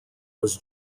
was